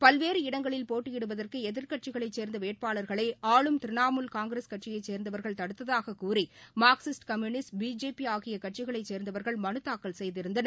பல்வேறு இடங்களில் போட்டியிடுவதற்குஎதிர்க்கட்சிகளைச் சேர்ந்தவேட்பாளர்களை ஆளும் திரிணமூல் காங்கிரஸ் கட்சியைச் சேர்ந்தவர்கள் தடுத்ததாகக் கூறிமார்க்சிஸ்ட் கம்யுனிஸ்ட் பிஜேபிஆகியகட்சிகளைச் சேர்ந்தவர்கள் மனுதாக்கல் செய்திருந்தனர்